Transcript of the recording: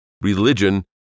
religion